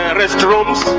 restrooms